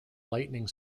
lightning